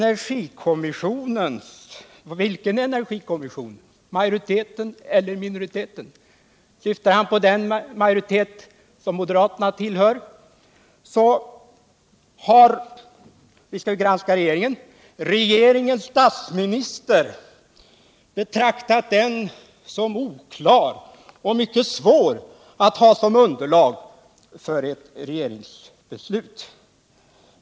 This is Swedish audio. Vilket ställningstagande åsyftar han, majoritetens eller minoritetens? Syftar han på den majoritet som moderaterna tillhör? Vi skall här granska regeringen och kan konstatera att statsministern betraktar kommissionens beslut som oklart och att det är mycket svårt att ha detta som underlag för ett regeringsbeslut.